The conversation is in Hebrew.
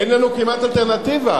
אין לנו כמעט אלטרנטיבה.